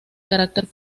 carácter